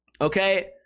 Okay